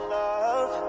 love